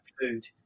food